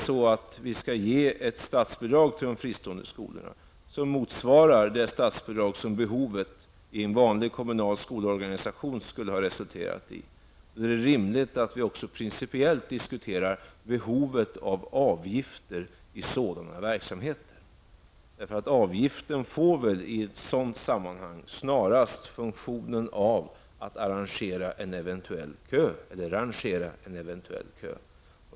Skall vi ge ett statsbidrag till fristående skolor som motsvarar det statsbidrag som behovet i en vanlig kommunal skolorganisation skulle ha resulterat i, är det rimligt att vi också principiellt diskuterar behovet av avgifter i sådana verksamheter. Avgiften får väl i ett sådant sammanhang snarast funktionen av att rangera en eventuell kö.